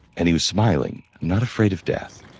and he was smiling. i'm not afraid of death.